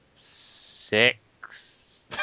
six